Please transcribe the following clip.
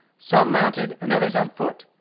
some mounted and others on foot,